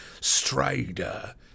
Strider